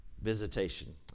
Visitation